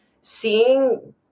seeing